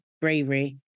bravery